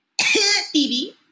TV